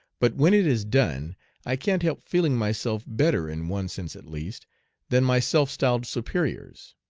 but when it is done i can't help feeling myself better in one sense at least than my self-styled superiors.